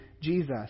Jesus